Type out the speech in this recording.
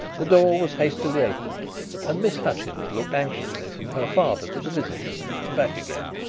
the door was hastily opened and miss hutchins looked anxiously from her father to the visitors and back again.